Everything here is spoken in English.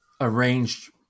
arranged